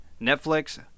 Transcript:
Netflix